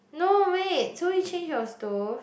no wait so you change your stove